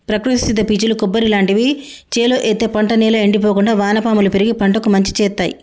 ప్రకృతి సిద్ద పీచులు కొబ్బరి లాంటివి చేలో ఎత్తే పంట నేల ఎండిపోకుండా వానపాములు పెరిగి పంటకు మంచి శేత్తాయ్